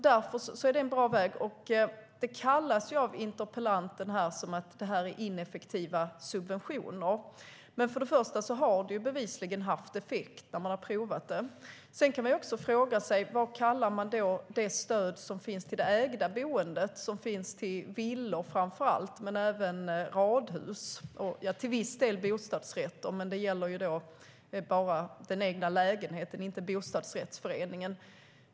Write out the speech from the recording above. Därför är det en bra väg. Av interpellanten kallas det ineffektiva subventioner, men det har bevisligen haft effekt där det har provats. Sedan kan man fråga sig vad vi kallar det stöd som finns till det ägda boendet, alltså framför allt villor men även radhus och till viss del bostadsrätter, även om det bara gäller den egna lägenheten och inte bostadsrättsföreningen.